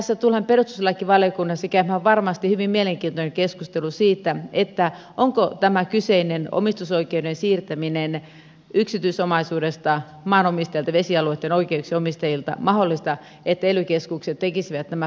tässä tullaan perustuslakivaliokunnassa käymään varmasti hyvin mielenkiintoinen keskustelu siitä onko mahdollista että ely keskukset tekisivät nämä päätökset tästä kyseisestä omistusoikeuden siirtämisestä yksityisomaisuudesta maanomistajalta vesialueitten oikeuksien omistajilta